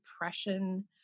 depression